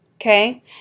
okay